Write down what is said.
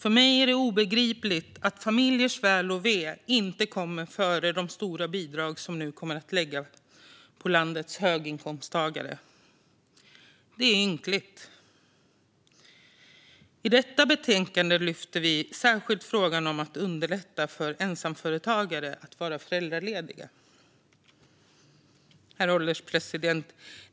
För mig är det obegripligt att familjers väl och ve inte kommer före de stora bidrag som nu kommer att gå till landets höginkomsttagare. Det är ynkligt. I detta betänkande lyfter vi särskilt upp frågan om att underlätta för ensamföretagare att vara föräldralediga.